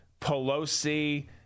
Pelosi